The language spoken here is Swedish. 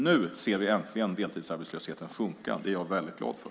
Nu ser vi äntligen deltidsarbetslösheten sjunka. Det är jag väldigt glad för.